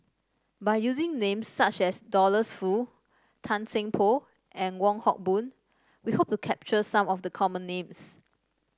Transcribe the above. by using names such as Douglas Foo Tan Seng Poh and Wong Hock Boon we hope to capture some of the common names